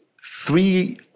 three